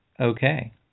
Okay